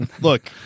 Look